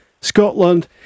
Scotland